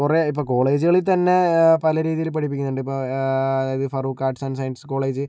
കുറെ ഇപ്പോൾ കോളേജുകളിൽ തന്നെ പല രീതിയിൽ പഠിപ്പിക്കുന്നുണ്ട് ഇപ്പ Farook arts and science college